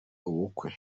ubukwe